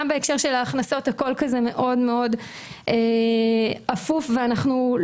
גם בהקשר של ההכנסות הכול מאוד אפוף ומסתורי,